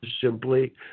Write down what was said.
Simply